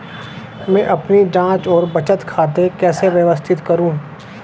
मैं अपनी जांच और बचत खाते कैसे व्यवस्थित करूँ?